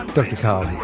dr karl here.